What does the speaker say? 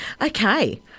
Okay